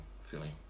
feeling